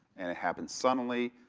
and it happened suddenly.